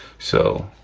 so